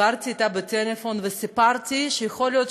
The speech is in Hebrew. דיברתי אתה בטלפון וסיפרתי שיכול להיות